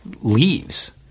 leaves